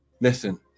Listen